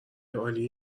عالی